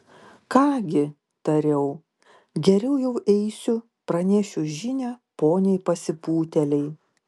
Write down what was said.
ką gi tariau geriau jau eisiu pranešiu žinią poniai pasipūtėlei